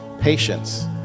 Patience